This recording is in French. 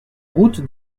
route